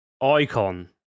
icon